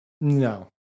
no